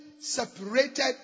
separated